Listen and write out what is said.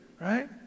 right